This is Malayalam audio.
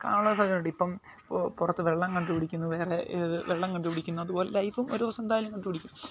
കാണാൻ സാധ്യത ഉണ്ട് ഇപ്പം പുറത്ത് വെള്ളം കണ്ടുപിടിക്കുന്നു വേറെ വെള്ളം കണ്ടുപിടിക്കുന്ന അതുപോലെ ലൈഫും ഒരു ദിവസം കണ്ടുപിടിക്കും